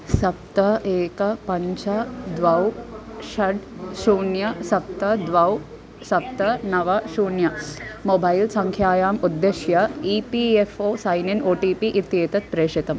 सप्त एकं पञ्च द्वे षट् शून्यं सप्त द्वे सप्त नव शून्यं मोबैल् सङ्ख्यायाम् उद्दिश्य E P F O sign in O T P इत्येतत् प्रेषितम्